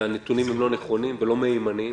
והנתונים לא נכונים ולא מהימנים,